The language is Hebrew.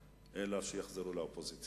אני אהיה יותר משמח, והראשון שיבוא להצדיע